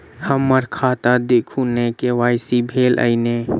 हम्मर खाता देखू नै के.वाई.सी भेल अई नै?